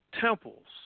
temples